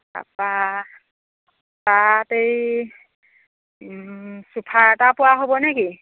তাপা তাত এই চুফা এটা পোৱা হ'ব নেকি